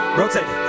rotate